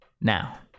Now